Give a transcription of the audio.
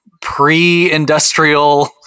pre-industrial